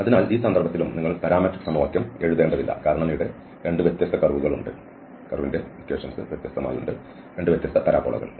അതിനാൽ ഈ സന്ദർഭത്തിലും നിങ്ങൾ പാരാമട്രിക് സമവാക്യം എഴുതേണ്ടതില്ല കാരണം അവിടെ 2 വ്യത്യസ്ത കർവുകൾ ഉണ്ട് 2 വ്യത്യസ്ത പരാബോളകൾ